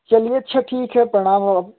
चलिए अच्छा ठीक है प्रणाम अब